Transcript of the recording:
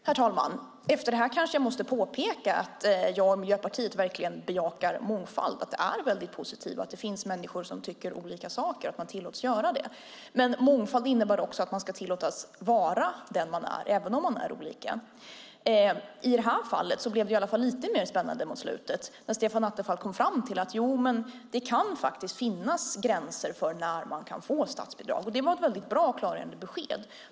Herr talman! Efter det här kanske jag måste påpeka att jag och Miljöpartiet bejakar mångfald. Det är väldigt positivt att det finns människor som tycker olika saker och att de tillåts göra det. Men mångfald innebär också att man ska tillåtas vara den man är, även om man är olika. I det här fallet blev det i alla fall lite spännande mot slutet, när Stefan Attefall kom fram till att det faktiskt kan finnas gränser för när man kan få statsbidrag. Det var ett väldigt bra och klargörande besked.